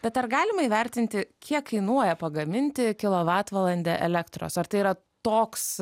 bet ar galima įvertinti kiek kainuoja pagaminti kilovatvalandę elektros ar tai yra toks